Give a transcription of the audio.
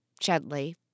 gently